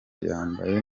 yambaye